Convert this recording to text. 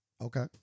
Okay